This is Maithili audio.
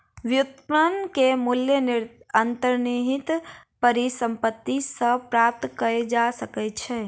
व्युत्पन्न के मूल्य अंतर्निहित परिसंपत्ति सॅ प्राप्त कय जा सकै छै